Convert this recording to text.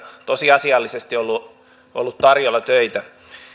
tosiasiallisesti ollut ollut tarjolla töitä